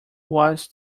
was